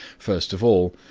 first of all,